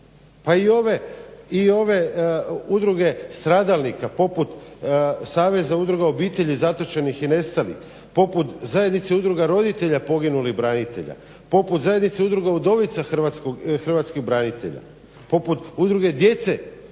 a i ove udruge stradalnika, poput Saveza udruga obitelji zatočenih i nestalih, poput zajednice udruga roditelja poginulih branitelja, poput zajednice udruga udovica hrvatskih branitelja. Za vas su